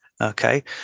Okay